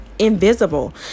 invisible